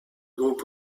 group